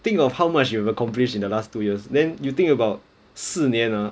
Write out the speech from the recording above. think of how much you have accomplished in the last two years then you think about 四年 ah